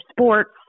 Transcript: sports